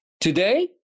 Today